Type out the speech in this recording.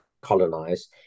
colonize